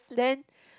then